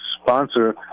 sponsor